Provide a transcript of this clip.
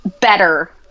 better